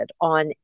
on